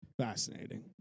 fascinating